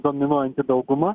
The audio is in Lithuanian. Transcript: dominuojanti dauguma